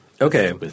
Okay